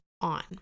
on